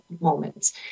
moments